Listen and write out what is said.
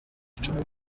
icumu